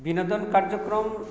বিনোদন কার্যক্রম